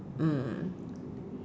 mm